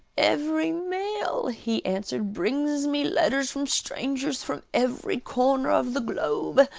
every mail, he answered, brings me letters from strangers from every corner of the globe.